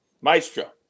Maestro